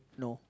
no